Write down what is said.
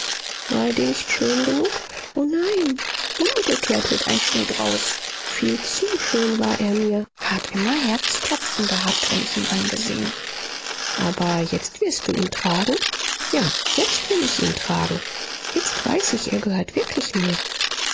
war er dir nicht schön genug o nein umgekehrt wird ein schuh draus viel zu schön war er mir hab immer herzklopfen gehabt wenn ich ihn angesehen aber jetzt wirst du ihn tragen ja jetzt will ich ihn tragen jetzt weiß ich er gehört wirklich mir